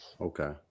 okay